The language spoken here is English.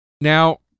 Now